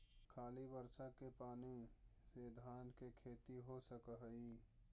खाली बर्षा के पानी से धान के खेती हो सक हइ?